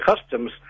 customs